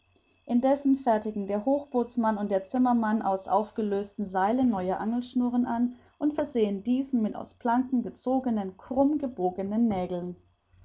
indessen fertigen der hochbootsmann und der zimmermann aus aufgelösten seilen neue angelschnuren an und versehen diese mit aus den planken gezogenen krumm gebogenen nägeln